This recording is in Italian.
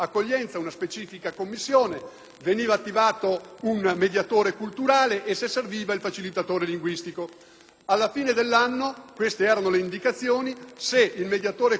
ricorso ad un mediatore culturale e, se serviva, ad un facilitatore linguistico. Alla fine dell'anno - queste erano le indicazioni - se il mediatore culturale sosteneva che il ragazzo aveva avuto